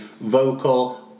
vocal